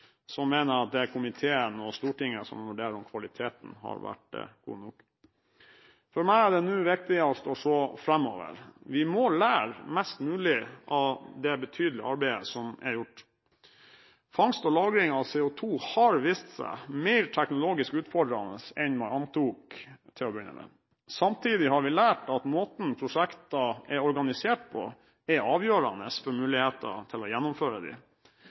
så mener jeg at det er komiteen og Stortinget som må vurdere om kvaliteten har vært god nok. For meg er det nå viktigst å se framover. Vi må lære mest mulig av det betydelige arbeidet som er gjort. Fangst og lagring av CO2 har vist seg mer teknologisk utfordrende enn man antok til å begynne med. Samtidig har vi lært at måten prosjekter er organisert på, er avgjørende for mulighetene til å gjennomføre